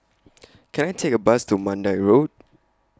Can I Take A Bus to Mandai Road